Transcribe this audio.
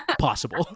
possible